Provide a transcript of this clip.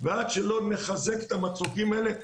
ועד שלא נחזק את המצוקים האלה,